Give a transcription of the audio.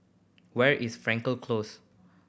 where is Frankel Close